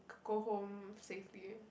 go home safely